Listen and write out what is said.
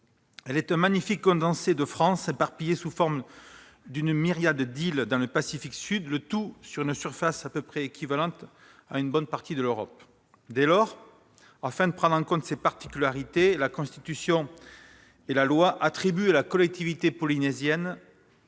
est un magnifique condensé de France, éparpillé sous forme d'une myriade d'îles dans le Pacifique Sud, le tout sur une surface équivalente à une bonne partie de l'Europe. Dès lors, afin de prendre en compte ces particularités, la Constitution et la loi attribuent à la collectivité polynésienne